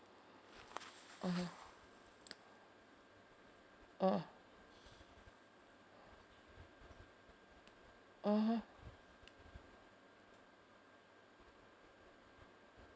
(uh huh) mmhmm mmhmm